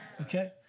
Okay